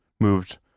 moved